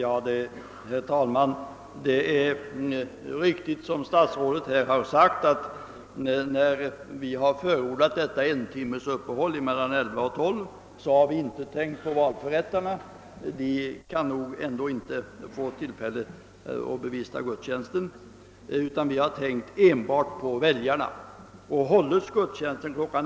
Herr talman! Det är riktigt som statsrådet här har sagt att vi, när vi har förordat ett entimmesuppehåll mellan kl. 11 och 12, inte har tänkt på valförrättarna — de kan nog ändå inte få tillfälle att bevista gudstjänsten — utan har tänkt på väljarna. Hålls gudstjänsten kl.